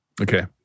Okay